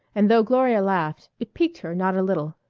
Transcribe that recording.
and though gloria laughed, it piqued her not a little.